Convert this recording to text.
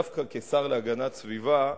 דווקא כשר להגנת הסביבה,